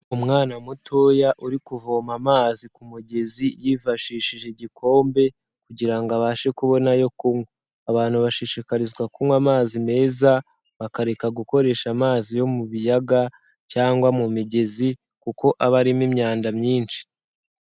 Umwana mutoya uri kuvoma amazi ku mugezi yifashishije igikombe kugira ngo abashe kubona ayo kunywa, abantu bashishikarizwa kunywa amazi meza bakareka gukoresha amazi yo mu biyaga cyangwa mu migezi kuko aba arimo imyanda myinshi.